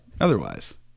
otherwise